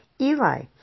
Eli